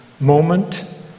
moment